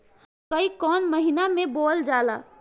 मकई कौन महीना मे बोअल जाला?